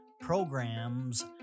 programs